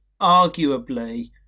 arguably